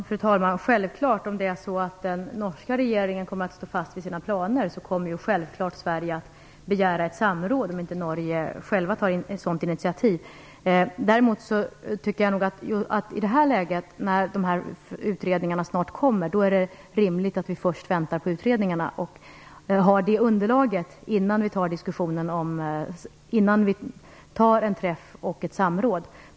Fru talman! Om den norska regeringen kommer att stå fast vid sina planer kommer Sverige självfallet att begära ett samråd, om inte Norge tar ett initiativ till det. Däremot tycker jag att det i ett läge då utredningarna snart är färdiga är rimligt att vi först väntar på utredningarna för att ha det underlaget innan vi har ett samråd.